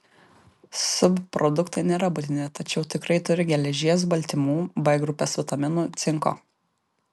subproduktai nėra būtini tačiau tikrai turi geležies baltymų b grupės vitaminų cinko